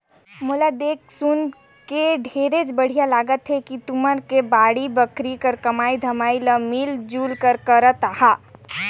मोला देख सुनके ढेरेच बड़िहा लागत हे कि तुमन के बाड़ी बखरी के कमई धमई ल मिल जुल के करत अहा